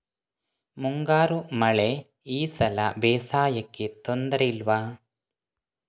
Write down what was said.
ಮುಂಗಾರು ಮಳೆ ಈ ಸಲ ಬೇಸಾಯಕ್ಕೆ ತೊಂದರೆ ಇಲ್ವ?